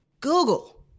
Google